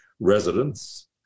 residents